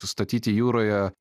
statyti jūroje